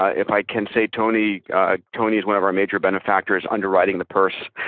ah if i can say, tony ah tony is one of our major benefactors underwriting the purse.